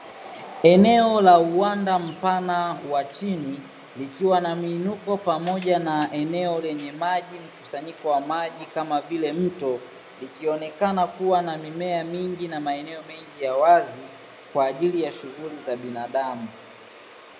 Eneo la uwanda mpana wa chini likiwa na miinuko pamoja na eneo lenye maji mkusanyiko wa maji kama vile mto likionekana kuwa na mimea mingi na maeneo mengi ya wazi kwa ajili ya shughuli za binadamu.